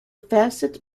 facet